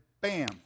bam